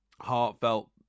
heartfelt